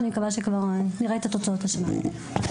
אני מקווה שנראה את התוצאות כבר השנה.